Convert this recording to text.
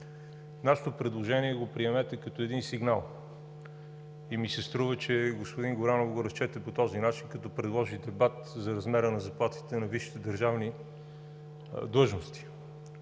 нашето предложение като един сигнал. И ми се струва, че господин Горанов го разчете по този начин, като предложи дебат за размера на заплатите на висшите държавни длъжности.